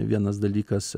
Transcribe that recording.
vienas dalykas